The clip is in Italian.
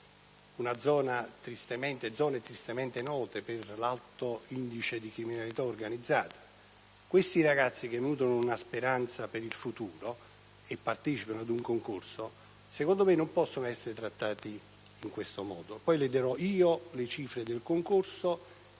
da zone tristemente note per l'alto tasso di criminalità organizzata, e questi ragazzi che nutrono una speranza per il futuro e partecipano ad un concorso secondo me non possono essere trattati in questo modo. Le dico io le cifre del concorso